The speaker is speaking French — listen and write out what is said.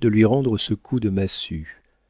de lui rendre ce coup de massue